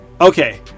Okay